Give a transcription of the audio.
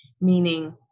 meaning